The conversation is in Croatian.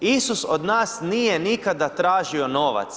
Isus od nas nije nikada tražio novac.